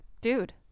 dude